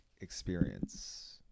experience